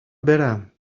برم